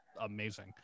amazing